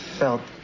felt